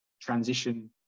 transition